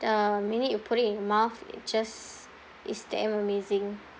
the minute you put it in your mouth it just is damn amazing